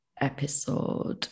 episode